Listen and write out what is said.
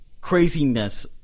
craziness